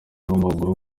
w’amaguru